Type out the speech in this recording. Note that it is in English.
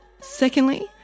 Secondly